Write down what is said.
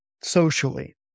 socially